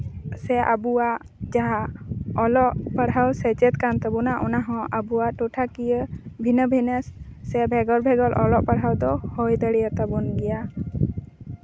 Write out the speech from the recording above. ᱥᱮ ᱟᱵᱚᱣᱟᱜ ᱡᱟᱦᱟᱸ ᱚᱞᱚᱜ ᱯᱟᱲᱦᱟᱣ ᱥᱮᱪᱮᱫ ᱠᱟᱱ ᱛᱟᱵᱚᱱᱟ ᱚᱱᱟ ᱦᱚᱸ ᱟᱵᱚᱣᱟᱜ ᱴᱚᱴᱷᱟ ᱠᱤᱭᱟᱹ ᱵᱷᱤᱱᱟᱹ ᱵᱷᱤᱱᱟᱹ ᱥᱮ ᱵᱷᱮᱜᱟᱨ ᱵᱷᱮᱜᱟᱨ ᱚᱞᱚᱜ ᱯᱟᱲᱦᱟᱣ ᱫᱚ ᱦᱳᱭ ᱫᱟᱲᱮᱭᱟ ᱛᱟᱵᱚᱱ ᱜᱮᱭᱟ